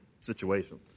situation